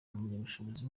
impamyabushobozi